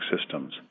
systems